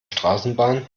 straßenbahn